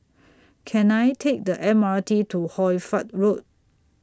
Can I Take The M R T to Hoy Fatt Road